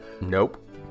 Nope